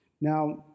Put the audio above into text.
Now